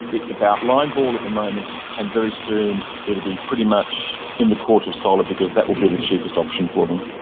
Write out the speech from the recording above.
it's about line ball at the moment and very soon it will be pretty much in the court of solar because that will be the cheapest option for them.